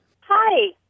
Hi